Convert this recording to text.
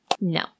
No